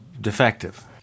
defective